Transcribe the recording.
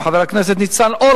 חבר הכנסת זאב בוים,